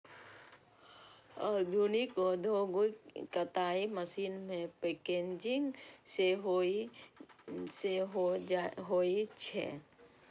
आधुनिक औद्योगिक कताइ मशीन मे पैकेजिंग सेहो होइ छै